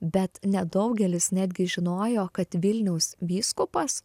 bet nedaugelis netgi žinojo kad vilniaus vyskupas